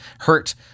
hurt